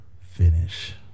finish